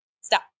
Stop